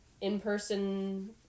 in-person